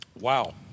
Wow